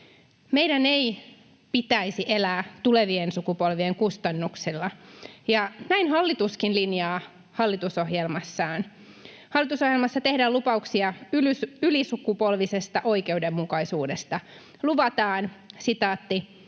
Meidän ei pitäisi elää tulevien sukupolvien kustannuksella, ja näin hallituskin linjaa hallitusohjelmassaan. Hallitusohjelmassa tehdään lupauksia ylisukupolvisesta oikeudenmukaisuudesta, luvataan: ”Emme